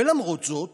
ולמרות זאת